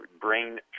brain